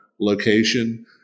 location